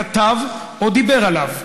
כתב או דיבר עליו,